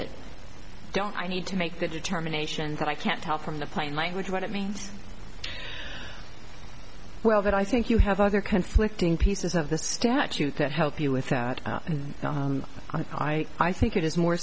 it don't i need to make that determination but i can't tell from the plain language what it means well that i think you have other conflicting pieces of the statute that help you with that and i think i i think it is more